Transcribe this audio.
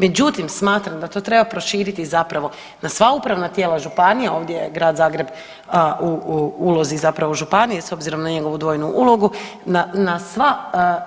Međutim, smatram da to treba proširi zapravo na sva upravna tijela županije, ovdje je Grad Zagreb u ulozi zapravo županije, s obzirom na njegovu dvojnu ulogu, na sva